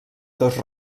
dos